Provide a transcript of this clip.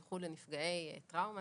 במיוחד לנפגעי טראומה,